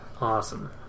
Awesome